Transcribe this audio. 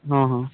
ହଁ ହଁ